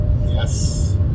Yes